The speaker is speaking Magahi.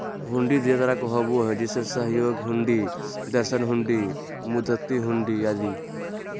हुंडी ढेर तरह के होबो हय जैसे सहयोग हुंडी, दर्शन हुंडी, मुदात्ती हुंडी आदि